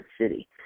City